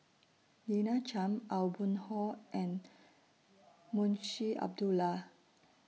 Lina Chiam Aw Boon Haw and Munshi Abdullah